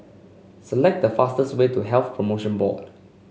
select the fastest way to Health Promotion Board